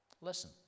Listen